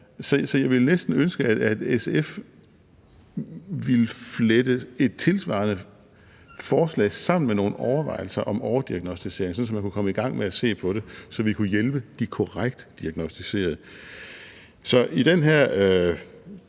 jeg ville næsten ønske, at SF ville flette et tilsvarende forslag sammen med nogle overvejelser om overdiagnosticering, sådan at man kunne komme i gang med at se på det, og så vi kunne hjælpe de korrekt diagnosticerede.